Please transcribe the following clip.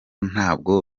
ntabwo